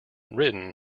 written